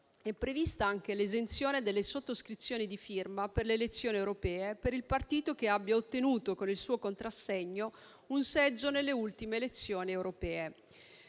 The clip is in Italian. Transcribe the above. È prevista anche l'esenzione delle sottoscrizioni di firma per le elezioni europee per il partito che abbia ottenuto con il suo contrassegno un seggio nelle ultime elezioni europee.